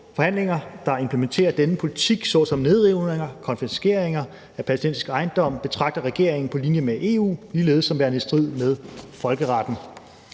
Handlinger, der implementerer denne politik, såsom nedrivninger, konfiskeringer af palæstinensisk ejendom betragter regeringen på linje med EU ligeledes som værende i strid med folkeretten.